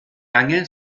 angen